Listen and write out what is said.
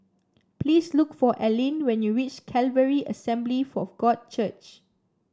please look for Alline when you reach Calvary Assembly for God Church